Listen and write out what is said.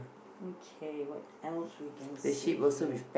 okay what else we can say here